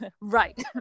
right